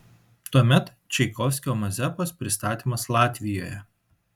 tuomet čaikovskio mazepos pastatymas latvijoje